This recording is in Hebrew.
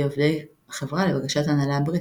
עובדי החברה לבקשת ההנהלה הבריטית,